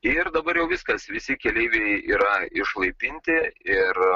ir dabar jau viskas visi keleiviai yra išlaipinti ir